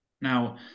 Now